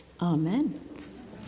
Amen